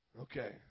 Okay